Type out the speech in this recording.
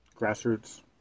grassroots